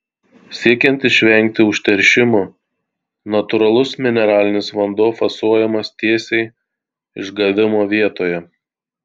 siekiant išvengti užteršimo natūralus mineralinis vanduo fasuojamas tiesiai išgavimo vietoje